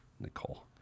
Nicole